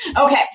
Okay